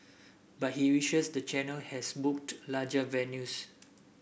but he wishes the channel has booked larger venues